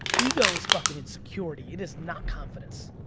ego is fucking insecurity. it is not confidence.